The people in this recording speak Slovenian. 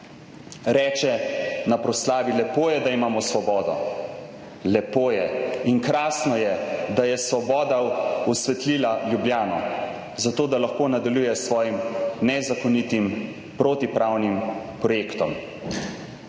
reče na proslavi: lepo je, da imamo Svobodo, lepo je in krasno je, da je Svoboda osvetlila Ljubljano. Zato, da lahko nadaljuje s svojim nezakonitim, protipravnim projektom.